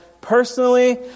Personally